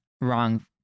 wrong